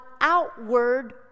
outward